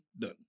Done